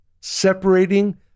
separating